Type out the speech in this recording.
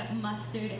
mustard